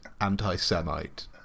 Anti-Semite